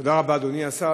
תודה רבה, אדוני השר.